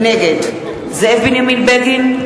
נגד זאב בנימין בגין,